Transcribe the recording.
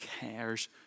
cares